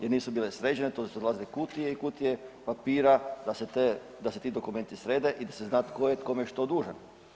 Jer nisu bile sređene, to su odlazile kutije i kutije papira, da si dokumenti srede i da se zna tko je kome što dužan.